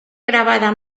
grabada